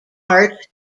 art